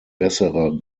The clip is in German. bessere